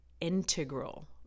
integral